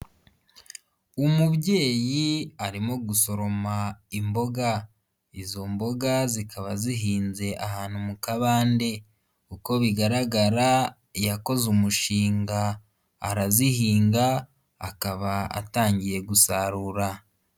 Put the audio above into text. Umubyeyi arimo gusoroma imboga, izo mboga zikaba zihinze ahantu mu kabande uko bigaragara yakoze umushinga arazihinga akaba atangiye gusarura.